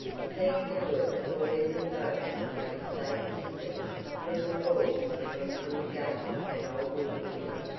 seeing to it that boys in boats kept a safe distance from the falls coming from the gates and old water wheel.